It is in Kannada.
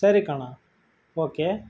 ಸರಿ ಕಣೋ ಓಕೇ